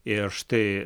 ir štai